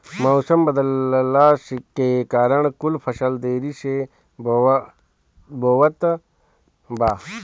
मउसम बदलला के कारण कुल फसल देरी से बोवात बा